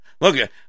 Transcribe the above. Look